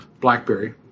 BlackBerry